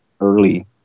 early